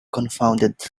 confounded